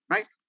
Right